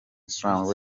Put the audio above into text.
island